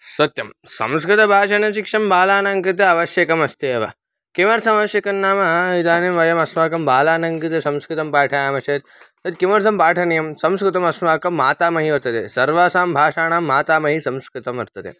सत्यं संस्कृतभाषणशिक्षणं बालानां कृते अवश्यकमस्त्येव किमर्थम् अवश्यकं नाम इदानीं वयम् अस्माकं बालानां कृते संस्कृतं पाठयामश्चेत् तत् किमर्थं पाठनीयं संस्कृतमस्माकं मातामही वर्तते सर्वासां भाषाणां मातामही संस्कृतं वर्तते